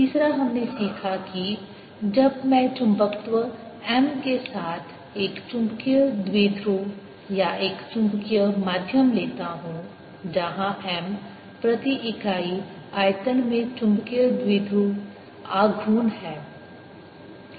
तीसरा हमने सीखा कि जब मैं चुंबकत्व M के साथ एक चुंबकीय द्विध्रुव या एक चुंबकीय माध्यम लेता हूं जहाँ M प्रति इकाई आयतन में चुंबकीय द्विध्रुव आघूर्ण है